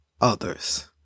others